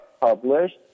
published